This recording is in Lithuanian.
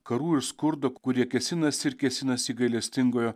karų ir skurdo kurie kėsinasi ir kėsinasi į gailestingojo